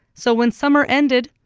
so when summer ended,